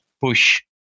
push